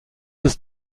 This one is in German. ist